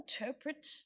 interpret